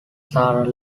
sarah